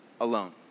alone